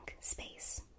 space